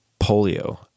polio